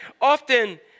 Often